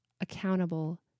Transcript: accountable